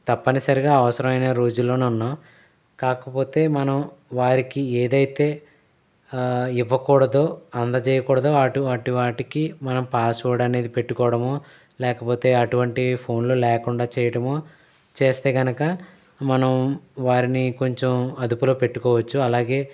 తప్పనిసరిగా అవసరమైన రోజుల్లోనే ఉన్నాం కాకపోతే మనం వారికి ఏదైతే ఇవ్వకూడదో అందజేయకూడదో అటు అటు వాటికి మనం పాస్ వర్డ్ అనేది పెట్టుకోవడమో లేకపోతే అటువంటి ఫోన్ లో లేకుండా చెయ్యడమో చేస్తే కనుక మనం వారిని కొంచెం అదుపులో పెట్టుకోవచ్చు అలాగే